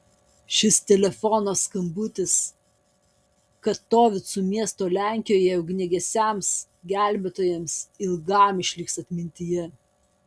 šis telefono skambutis katovicų miesto lenkijoje ugniagesiams gelbėtojams ilgam išliks atmintyje